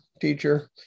teacher